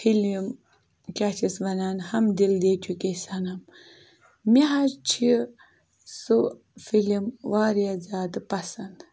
film کیٛاہ چھِس وَنان ہَم دِل دے چُکے سَنَم مےٚ حظ چھِ سُہ فِلِم واریاہ زیادٕ پَسنٛد